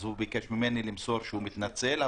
הוא ביקש ממני למסור שהוא מתנצל,